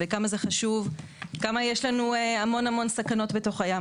כמה זה חשוב וכמה סכנות יש לנו בתוך הים,